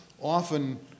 often